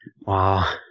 wow